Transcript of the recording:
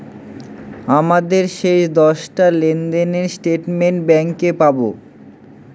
আমাদের শেষ দশটা লেনদেনের স্টেটমেন্ট ব্যাঙ্কে পাবো